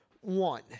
One